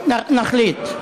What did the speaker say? נחליט.